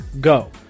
go